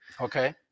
Okay